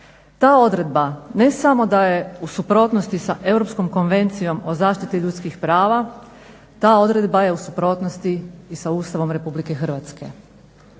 ta odredba ne samo da je u suprotnosti sa Europskom konvencijom o zaštiti ljudskih prava, ta odredba je u suprotnosti i sa Ustavom RH jer svi